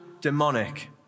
demonic